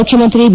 ಮುಖ್ಯಮಂತ್ರಿ ಬಿ